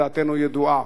דעתנו ידועה,